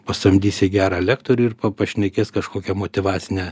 pasamdysi gerą lektorių ir pašnekės kažkokią motyvacinę